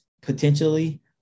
potentially